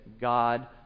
God